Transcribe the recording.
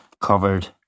Covered